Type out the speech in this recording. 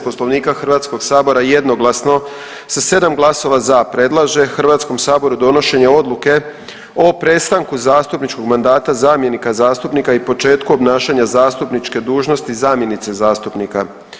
Poslovnika Hrvatskog sabora, jednoglasno sa 7 glasova za predlaže Hrvatskom saboru donošenje odluke o prestanku zastupničkog mandata zamjenika zastupnika i početku obnašanja zastupničke dužnosti zamjenice zastupnika.